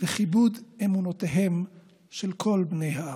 וכיבוד אמונותיהם של כל בני הארץ.